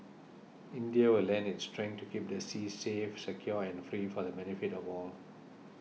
India will lend its strength to keep the seas safe secure and free for the benefit of all